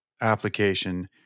application